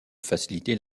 faciliter